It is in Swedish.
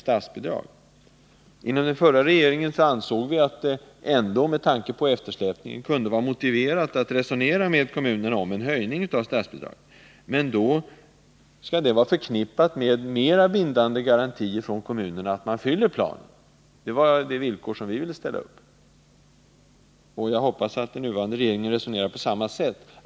Vi ansåg inom den förra regeringen att det med tanke på den eftersläpning som hotar kunde vara motiverat att resonera med kommunerna om en höjning av statsbidraget. Men vi ville då ställa villkoret att en sådan höjning skulle vara förknippad med mera bindande garantier för att kommunerna uppfyller planen, och jag hoppas att den nuvarande regeringen resonerar på samma sätt.